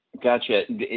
gotcha